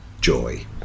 joy